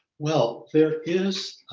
well, there is